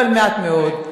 אבל מעט מאוד,